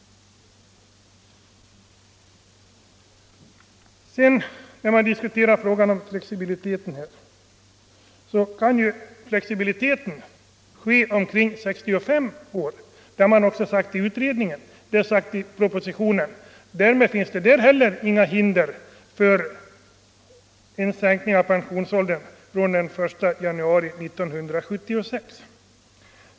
När det gäller flexibiliteten vill jag framhålla att denna kan tillämpas 63 omkring 65 års ålder. Det har man sagt i utredningen och även i propositionen. Därmed utgör inte heller flexibiliteten något hinder för en sänkning av pensionsåldern från den 1 januari 1976.